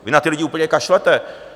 Vy na ty lidi úplně kašlete.